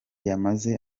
yamaze